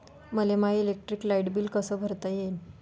मले माय electric light bill कस भरता येईल?